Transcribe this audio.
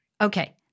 Okay